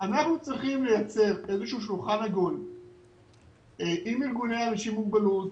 אנחנו צריכים לייצר איזשהו שולחן עגול עם ארגוני אנשים עם מוגבלות,